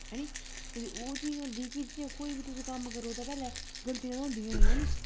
हैनी ते ओह् चीज होंदी कि जि'यां कोई बी तुस कम्म करो ते पैह्लें गल्तियां ते होदियां गै न ऐनी